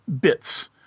bits